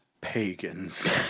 pagans